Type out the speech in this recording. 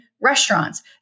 restaurants